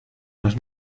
nos